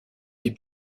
des